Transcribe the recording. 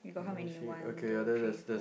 you got how many one two three four